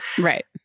right